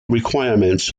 requirements